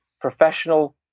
professional